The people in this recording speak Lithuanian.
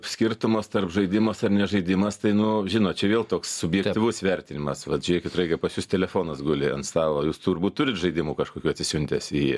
skirtumas tarp žaidimas ar ne žaidimas tai nu žinot čia vėl toks subjektyvus vertinimas vat žiūrėkit reikia pas jus telefonas guli ant stalo jūs turbūt turite žaidimų kažkokių atsisiuntęs į